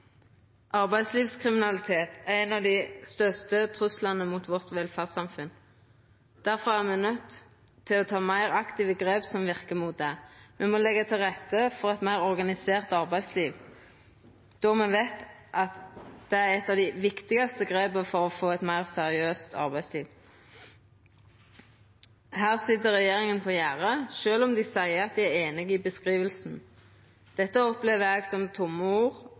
Arbeidslivskriminalitet er ein av dei største truslane mot vårt velferdssamfunn. Difor er me nøydde til å ta meir aktive grep som verkar mot det. Me må leggja til rette for eit meir organisert arbeidsliv då me veit at det er eit av dei viktigaste grepa for å få eit meir seriøst arbeidsliv. Her sit regjeringa på gjerdet, sjølv om dei seier at dei er einige i beskrivinga. Det opplever eg som tomme ord